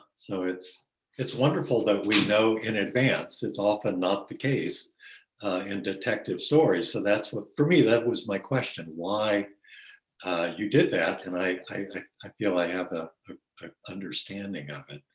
so it's it's wonderful that we know in advance. it's often not the case in detective stories. so that's what, for me, that was my question. why you did that and i i feel i have the understanding of it.